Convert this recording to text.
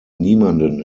niemanden